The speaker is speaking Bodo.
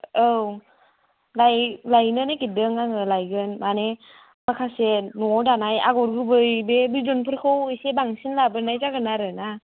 औ लायनो नागिरदों आङो लायगोन माने माखासे न'आव दानाय आगर गुबै बे बिदनफोरखौ इसे बांसिन लाबोनाय जागोन आरोना